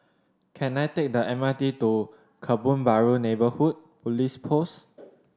can I take the M R T to Kebun Baru Neighbourhood Police Post